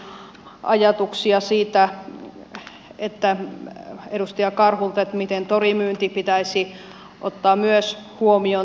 tuli ajatuksia edustaja karhulta miten myös torimyynti pitäisi ottaa huomioon tässä